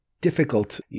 difficult